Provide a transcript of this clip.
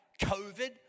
COVID